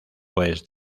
pues